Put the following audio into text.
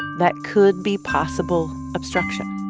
that could be possible obstruction